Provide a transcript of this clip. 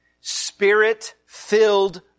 spirit-filled